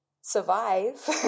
survive